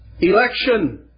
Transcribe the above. Election